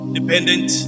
Dependent